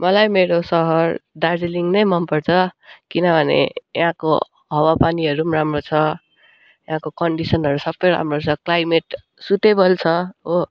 मलाई मेरो शहर दार्जिलिङ नै मन पर्छ किनभने यहीँको हवा पानीहरू पनि राम्रो छ यहाँको कन्डिसनहरू सबै राम्रो छ क्लाइमेट स्विटेबल छ हो